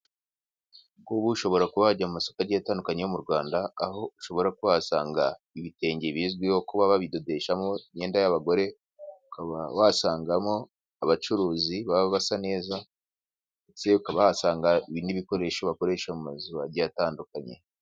Ubu ushobora kuba wajya Ku masoko agiye atandukanye yo mu Rwanda, aho ushobora kuhasanga ibitenge bizwiho kuba babidodeshamo imyenda y'abagore. ukaba wasangamo abacuruzi baba basa neza ndetse ukaba wahasanga ibindi bikoresho bakoresha mu mazu agiye atandukanye.